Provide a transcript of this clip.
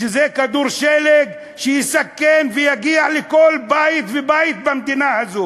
וזה כדור שלג שיסכן ויגיע לכל בית ובית במדינה הזאת.